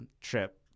trip